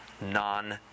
non